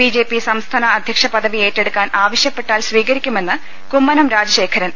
BJP സംസ്ഥാന അധ്യക്ഷ പദവി ഏറ്റ്ട്ടുക്കാൻ ആവ ശ്യപ്പെട്ടാൽ സ്വീകരിക്കുമെന്ന് കുമ്മനം രാജശേഖരൻ